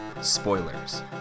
spoilers